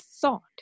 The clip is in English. thought